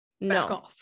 no